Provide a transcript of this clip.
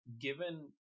given